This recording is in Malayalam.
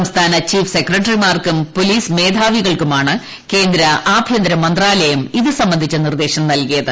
സംസ്ഥാന ചീഫ് സെക്രട്ടറിമാർക്കും പൊലീസ് മേധാവികൾക്കുമാണ് കേന്ദ്ര ആഭ്യന്തര മന്ത്രാലയം ഇത് സംബന്ധിച്ച നിർദ്ദേശം നൽകിയത്